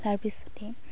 তাৰপিছতে